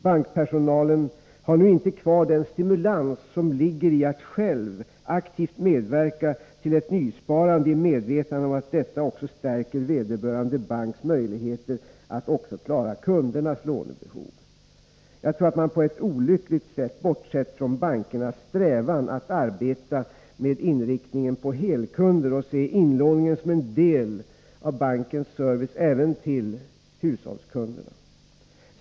Bankpersonalen har nu inte kvar den stimulans som ligger i att själv aktivt medverka till ett nysparande, i medvetande om att detta också stärker vederbörande banks möjligheter att också klara kundernas lånebehov. Jag tror att man på ett olyckligt sätt bortsett från bankernas strävan att arbeta med inriktningen på helkunder och se inlåningen som en del av bankens service även till hushållskunderna.